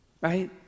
Right